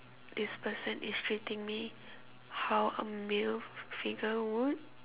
this person is treating me how a male figure would